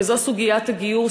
וזו סוגיית הגיור,